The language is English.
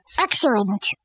excellent